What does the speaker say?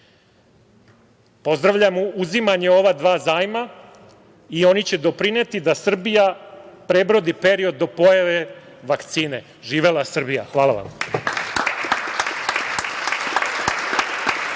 nesrećom. Pozdravljam uzimanje ova dva zajma. Oni će doprineti da Srbija prebrodi period do pojave vakcine. Živela Srbija. Hvala vam.